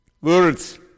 Words